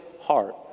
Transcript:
heart